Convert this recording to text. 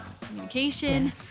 communication